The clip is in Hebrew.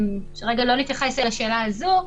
כרגע לא נתייחס לשאלה הזו,